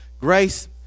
Grace